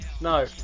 No